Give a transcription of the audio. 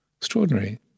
Extraordinary